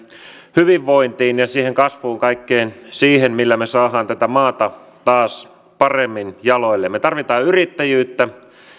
hyvinvointiin ja siihen kasvuun kaikkeen siihen millä me saamme tätä maata taas paremmin jaloille me tarvitsemme yrittäjyyttä